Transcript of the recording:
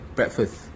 Breakfast